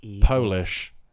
Polish